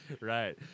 right